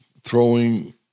throwing